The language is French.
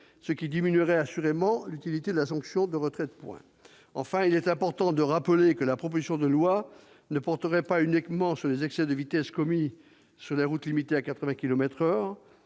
ce qui diminuerait assurément l'utilité de la sanction. Enfin, il est important de rappeler que la proposition de loi ne porterait pas uniquement sur les excès de vitesse commis sur les routes limitées à 80 kilomètres